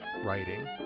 writing